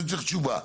אני צריך תשובה.